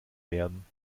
werden